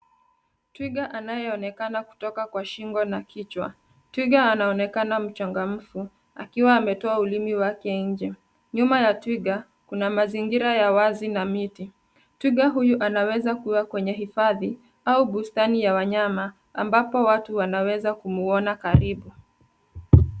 Twiga anayeonekana kutoka kwa shingo na kichwa. Twiga anaonekana mchangamfu, akiwa ametoa ulimi wake nje. Nyuma ya twiga, kuna mazingira ya wazi na miti. Twiga huyu anaweza kuwa kwenye hifadhi, au bustani ya wanyama, ambapo watu wanaweza kumuona karibu.